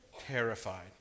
terrified